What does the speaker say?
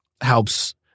helps